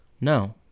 No